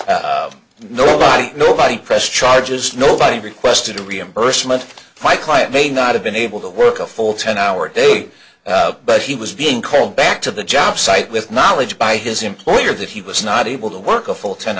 records nobody nobody pressed charges nobody requested a reimbursement my client may not have been able to work a full ten hour day but he was being called back to the job site with knowledge by his employer that he was not able to work a full ten